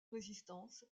résistance